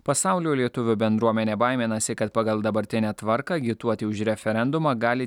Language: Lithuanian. pasaulio lietuvių bendruomenė baiminasi kad pagal dabartinę tvarką agituoti už referendumą gali